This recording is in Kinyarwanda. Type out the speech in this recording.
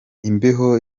imbeho